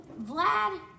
Vlad